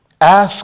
Ask